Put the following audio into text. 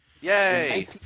Yay